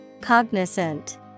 Cognizant